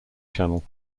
channel